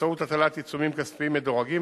באמצעות הטלת עיצומים כספיים מדורגים,